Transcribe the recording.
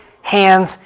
hands